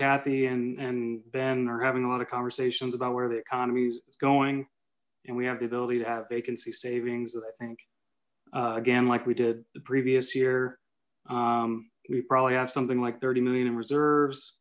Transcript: cathy and and ben are having a lot of conversations about where the economy is going and we have the ability to have vacancy savings that i think like we did the previous year we probably have something like thirty million in reserves